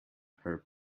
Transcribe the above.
her